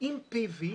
עם פי.וי.